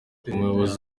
umuyobozi